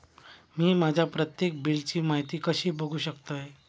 मी माझ्या प्रत्येक बिलची माहिती कशी बघू शकतय?